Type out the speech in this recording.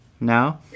no